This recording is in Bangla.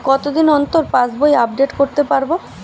কতদিন অন্তর পাশবই আপডেট করতে পারব?